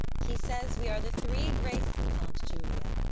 he says we are the three graces, aunt julia,